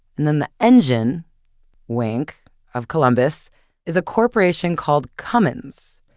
and then the engine wink of columbus is a corporation called cummins.